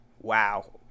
wow